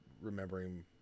remembering